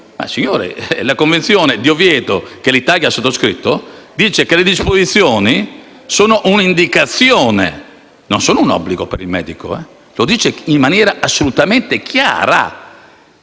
Colleghi, la Convenzione di Oviedo, che l'Italia ha sottoscritto, dice che le disposizioni sono un'indicazione e non un obbligo per il medico, e lo dice in maniera assolutamente chiara.